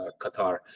Qatar